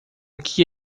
que